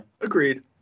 agreed